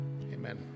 Amen